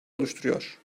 oluşturuyor